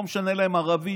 לא משנה להם ערבי,